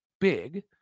big